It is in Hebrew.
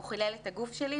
הוא חילל את הגוף שלי,